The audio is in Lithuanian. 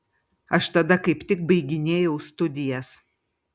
aš tada kaip tik baiginėjau studijas